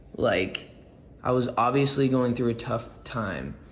like i was obviously going through a tough time,